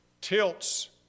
tilts